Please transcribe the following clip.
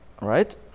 Right